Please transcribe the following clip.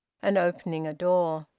and opening a door.